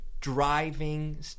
driving